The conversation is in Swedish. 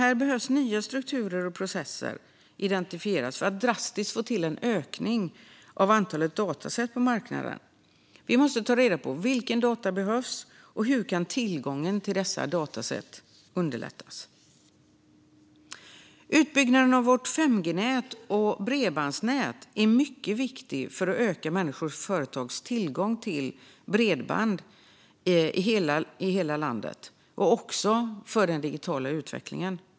Här behöver nya strukturer och processer identifieras för att vi ska få till en drastisk ökning av antalet dataset på marknaden. Vi behöver ta reda på vilka data som behövs och hur tillgången till dessa dataset kan underlättas. Utbyggnaden av vårt 5G-nät och bredbandsnät är mycket viktig för att öka människors och företags tillgång till bredband i hela landet, liksom för den digitala utvecklingen.